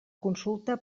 consulta